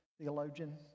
theologian